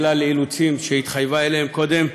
בגלל אילוצים שהתחייבה אליהם קודם.